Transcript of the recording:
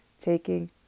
taking